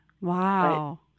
Wow